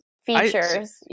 features